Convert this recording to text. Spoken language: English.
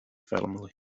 family